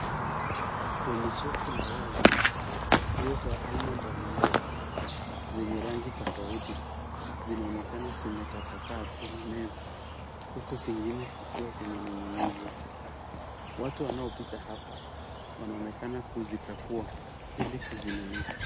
Kwenye zuku la wazi kuuza aina mbalimbali zenye rangi tofauti, zinaonekana zimetapakaa kwenye meza huku zingine zikiwa zimenyinginizwa, watu wanaopita hapa wanaonekana kuzikagua ili kuzinunua.